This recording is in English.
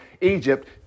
Egypt